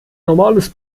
normales